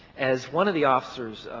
as one of the officers,